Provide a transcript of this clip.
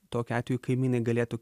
tokiu atveju kaimynai galėtų